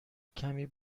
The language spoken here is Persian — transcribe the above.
کمی